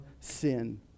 sin